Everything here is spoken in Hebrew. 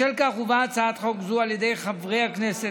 בשל כך הובאה הצעת חוק זו על ידי חברי הכנסת,